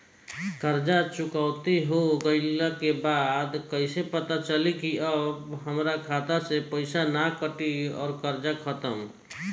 कर्जा चुकौती हो गइला के बाद कइसे पता लागी की अब हमरा खाता से पईसा ना कटी और कर्जा खत्म?